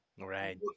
Right